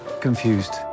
confused